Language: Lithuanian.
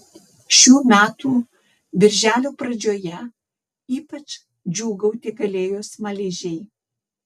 šių metų birželio pradžioje ypač džiūgauti galėjo smaližiai